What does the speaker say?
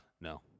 No